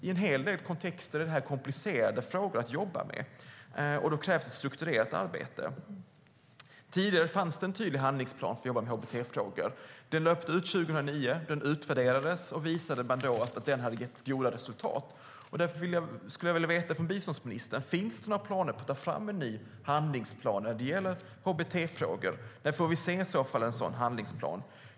I en hel del kontexter är detta komplicerade frågor att jobba med, och då krävs det strukturerat arbete. Tidigare fanns det en tydlig handlingsplan för att jobba med hbt-frågor. Den löpte ut 2009, den utvärderades och det visade sig att den hade gett goda resultat. Därför skulle jag vilja veta av biståndsministern: Finns det några planer på att ta fram en ny handlingsplan när det gäller hbt-frågor? När får vi i så fall se en sådan handlingsplan?